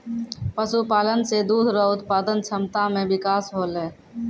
पशुपालन से दुध रो उत्पादन क्षमता मे बिकास होलै